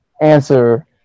answer